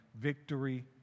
Victory